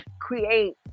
create